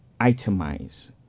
itemize